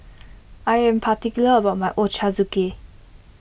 I am particular about my Ochazuke